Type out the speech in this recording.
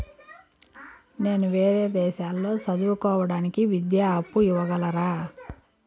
నేను వేరే దేశాల్లో చదువు కోవడానికి విద్యా అప్పు ఇవ్వగలరా?